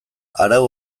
arau